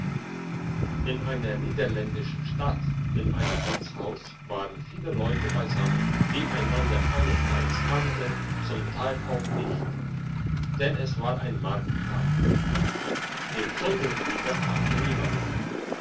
in einer niederländischen stadt in einem wirtshaus waren viele leute beisammen die einander einesteils kannten zum teil auch nicht denn es war ein markttag den zundelfrieder kannte niemand